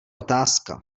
otázka